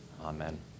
amen